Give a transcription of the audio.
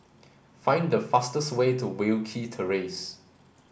find the fastest way to Wilkie Terrace